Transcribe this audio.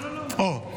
לא, לא.